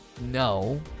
No